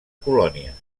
colònies